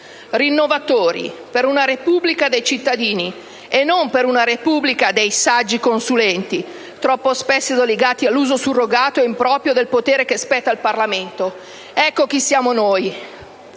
rinnovatori, per una Repubblica dei cittadini e non per una Repubblica dei saggi consulenti, troppo spesso relegati all'uso surrogato e improprio del potere che spetta al Parlamento. Ecco chi siamo noi.